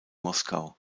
moskau